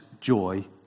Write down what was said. joy